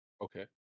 Okay